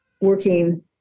working